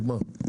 נגמר.